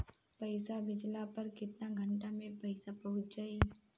पैसा भेजला पर केतना घंटा मे पैसा चहुंप जाई?